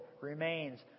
remains